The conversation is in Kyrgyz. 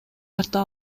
тарта